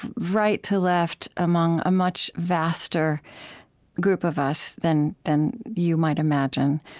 right to left, among a much vaster group of us than than you might imagine,